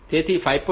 તેથી 5